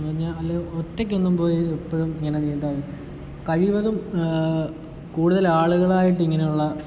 എന്ന് പറഞ്ഞാൽ ഒറ്റക്കെന്നും പോയി ഇപ്പോഴും ഇങ്ങനെ നീന്താൻ കഴിവതും കൂടുതലാളുകളായിട്ട് ഇങ്ങനെയുള്ള